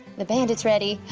the bandit's ready,